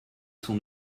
son